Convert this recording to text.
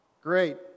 Great